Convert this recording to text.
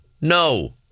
no